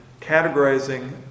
categorizing